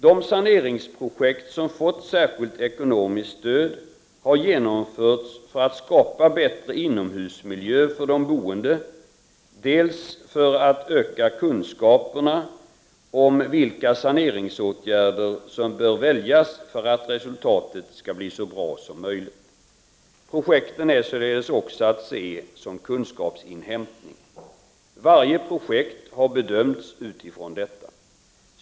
De saneringsprojekt som fått särskilt ekonomiskt stöd har genomförts dels för att skapa bättre inomhusmiljö för de boende, dels för att öka kunskaperna om vilka saneringsåtgärder som bör väljas för att resultatet skall bli så bra som möjligt. Projekten är således också att se som kunskapsinhämtning. Varje projekt har bedömts utifrån detta.